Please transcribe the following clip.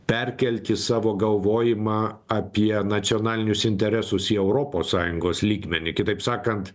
perkelti savo galvojimą apie nacionalinius interesus į europos sąjungos lygmenį kitaip sakant